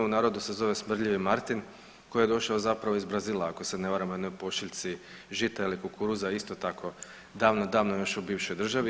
U narodu se zove smrdljivi Martin koji je došao zapravo iz Brazila ako se ne varam u jednoj pošiljci žica i kukuruza isto tako davno, davno još u bivšoj državi.